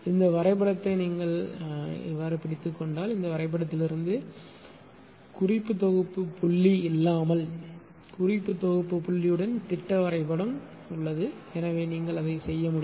இந்த வரைபடத்தை பிடித்துக் கொண்டால் இந்த வரைபடத்திலிருந்து குறிப்பு தொகுப்பு புள்ளி இல்லாமல் குறிப்பு தொகுப்பு புள்ளியுடன் திட்ட வரைபடம் எனவே நீங்கள் அதை செய்ய முடியும்